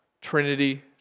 Trinity